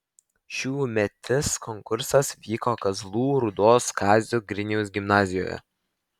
šiųmetis konkursas vyko kazlų rūdos kazio griniaus gimnazijoje